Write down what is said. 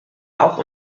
auch